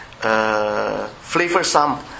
flavorsome